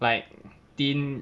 like thin